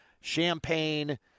champagne